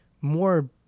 more